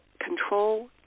control